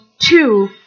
two